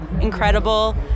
incredible